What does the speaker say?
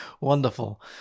Wonderful